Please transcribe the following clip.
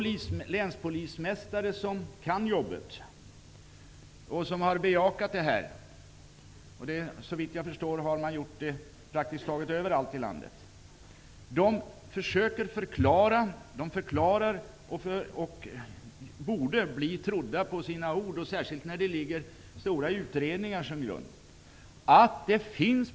Länspolismästare som kan jobbet och som har bejakat detta -- såvitt jag förstår har man gjort det praktiskt taget överallt i landet -- försöker förklara och borde bli trodda på sina ord, att det bara finns ett sätt att undvika uppsägningar av poliser i yttre tjänst.